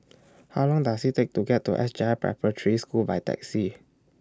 How Long Does IT Take to get to S J I Preparatory School By Taxi